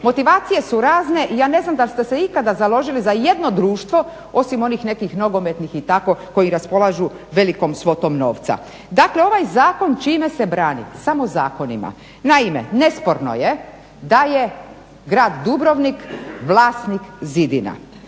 Motivacije su razne i ja ne znam da li ste se ikada založili za ijedno društvo osim onih nekih nogometnih i tako koji raspolažu velikom svotom novca. Dakle, ovaj zakon čime se brani? Samo zakonima. Naime, nesporno je da je grad Dubrovnik vlasnik zidina.